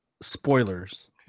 spoilers